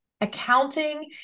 Accounting